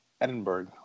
Edinburgh